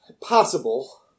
Possible